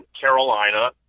Carolina